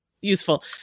useful